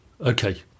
Okay